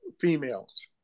females